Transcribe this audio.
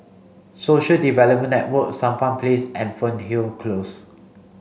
Social Development Network Sampan Place and Fernhill Close